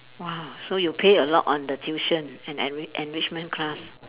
!wah! so you pay a lot on the tuition and enri~ enrichment class